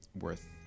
worth